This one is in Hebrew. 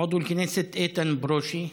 חבר הכנסת איתן ברושי.